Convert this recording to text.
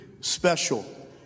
special